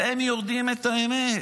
הם יודעים את האמת.